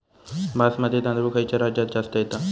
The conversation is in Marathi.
बासमती तांदूळ खयच्या राज्यात जास्त येता?